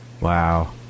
Wow